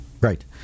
Right